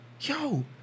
yo